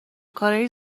کارای